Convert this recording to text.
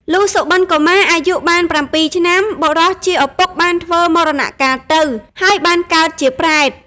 លុះ សុបិនកុមារអាយុ បាន៧ ឆ្នាំ បុរសជាឪពុកបានធ្វើមរណកាលទៅ ហើយបានកើតជាប្រេត។